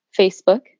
Facebook